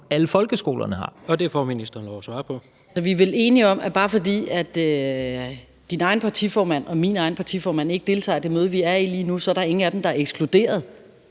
(Pernille Rosenkrantz-Theil): Vi er vel enige om, at bare fordi din egen partiformand og min egen partiformand ikke deltager i det møde, vi er i lige nu, så er der ingen af dem, der er ekskluderet.